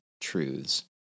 truths